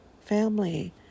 family